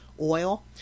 oil